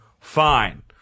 fine